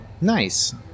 Nice